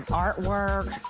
artwork.